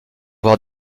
avoir